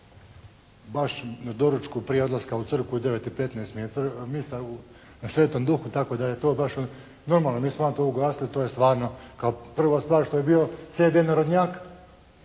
baš na doručku prije odlaska u crkvu u 9,15 mi je misa na Svetom Duhu tako da je to baš …/Govornik se ne razumije./… to je stvarno kao prvo stvar što je bio CD narodnjaka.